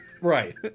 Right